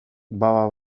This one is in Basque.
baba